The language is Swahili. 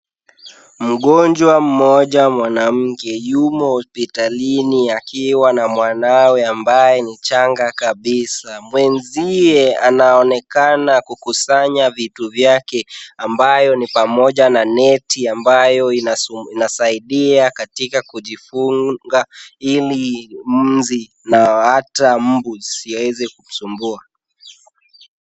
Mgonjwa mmoja mwanamke yumo hospitalini akiwa na mwanawe ambaye ni changa kabisa. Mwenzie anaonekana kukusanya vitu vyake ambayo ni pamoja na neti ambayo inasaidia katika kujifunga ili nzi na hata mbu zisiweze kumsumbua.